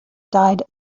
died